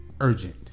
urgent